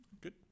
Good